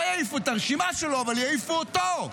לא יעיפו את הרשימה שלו אבל יעיפו אותו.